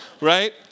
right